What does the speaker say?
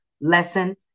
lesson